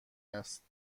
است